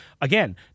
again